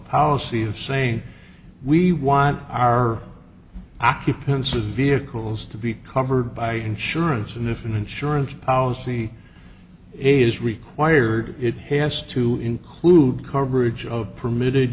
policy of saying we want our occupancy vehicles to be covered by insurance and if an insurance policy is required it has to include coverage of permitted